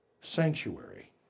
Sanctuary